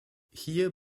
hier